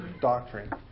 doctrine